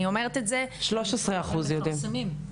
13 אחוז יודעים.